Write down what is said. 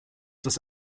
das